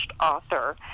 author